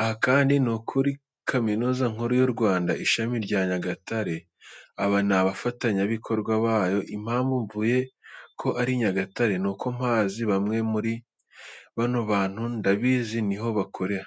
aha kandi ni kuri Kaminuza Nkuru y'u Rwanda Ishami rya Nyagatare. Aba ni abafatanyabikorwa bayo, impamvu mvuze ko ari Nyagatare nuko mpazi na bamwe muri aba bantu ndabizi ni ho bakorera.